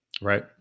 Right